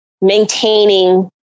maintaining